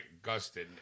Gustin